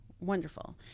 wonderful